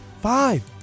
Five